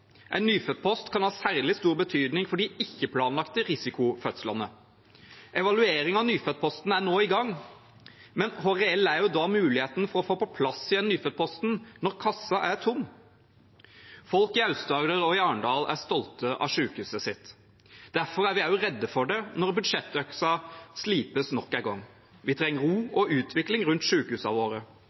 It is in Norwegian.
En nyfødtpost kan ha særlig stor betydning for de ikke-planlagt risikofødslene. Evalueringen av nyfødtposten er nå i gang, men hvor reell er da muligheten for å få på plass igjen nyfødtposten når kassen er tom? Folk i Aust-Agder og i Arendal er stolte av sykehuset sitt. Derfor er vi også redde for det når budsjettøksen slipes nok en gang. Vi trenger ro og utvikling rundt sykehusene våre.